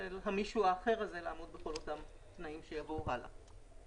המישהו האחר הזה צריך לעמוד בכל אותם תנאים שיבואו הלאה.